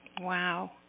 Wow